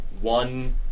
one